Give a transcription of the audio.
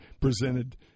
presented